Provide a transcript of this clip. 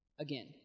again